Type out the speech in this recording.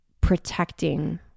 protecting